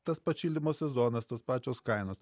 tas pats šildymo sezonas tos pačios kainos